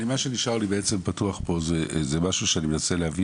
מה שנשאר לי בעצם פתוח פה זה משהו שאני מנסה להבין,